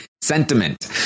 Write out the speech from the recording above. sentiment